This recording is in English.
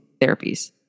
therapies